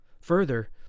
Further